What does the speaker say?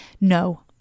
No